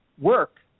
work